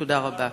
תודה רבה.